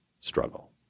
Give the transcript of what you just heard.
struggle